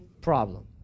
problem